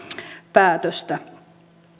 päätöstä